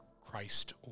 Christ